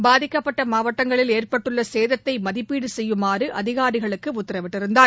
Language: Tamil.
பாதிக்கப்பட்ட மாவட்டங்களில் ஏற்பட்டுள்ள சேதத்தை மதிப்பீடு செய்யுமாறு அதிகாரிகளுக்கு உத்தரவிட்டிருந்தார்